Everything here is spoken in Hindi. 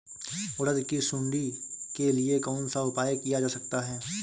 उड़द की सुंडी के लिए कौन सा उपाय किया जा सकता है?